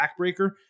backbreaker